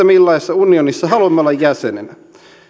millaisessa unionissa haluamme olla jäsenenä